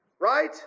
right